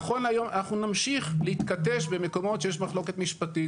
נכון להיום אנחנו נמשיך להתכתש במקומות שיש מחלוקת משפטית.